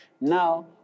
Now